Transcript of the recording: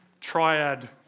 triad